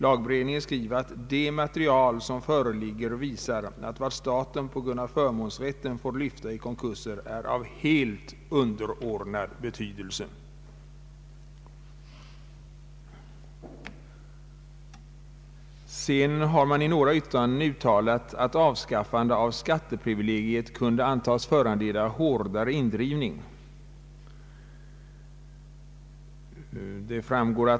Lagberedningen skriver att ”det material som föreligger visar att vad staten på grund av förmånsrätten får lyfta i konkurser är av helt underordnad betydelse”. I några yttranden har uttalats, att avskaffandet av skatteprivilegiet kunde antas föranleda hårdare indrivning.